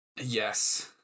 yes